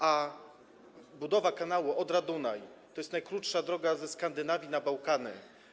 A budowa kanału Odra-Dunaj - to jest najkrótsza droga ze Skandynawii na Bałkany.